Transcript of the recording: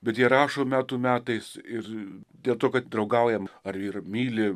bet jie rašo metų metais ir dėl to kad draugaujam ar yra ir myli